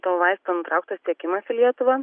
to vaisto nutrauktas tiekimas į lietuva